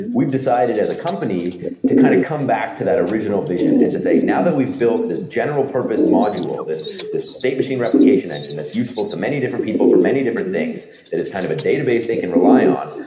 we've decided as a company to kind of come back to that original vision and to say, now that we've built this general-purpose module, this this state machine replication engine that's useful to many different people for many different things, that is kind of a database they can rely on,